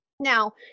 Now